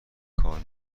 کار